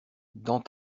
dans